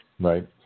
Right